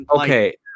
okay